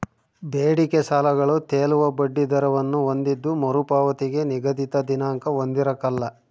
ಬೇಡಿಕೆ ಸಾಲಗಳು ತೇಲುವ ಬಡ್ಡಿ ದರವನ್ನು ಹೊಂದಿದ್ದು ಮರುಪಾವತಿಗೆ ನಿಗದಿತ ದಿನಾಂಕ ಹೊಂದಿರಕಲ್ಲ